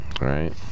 Right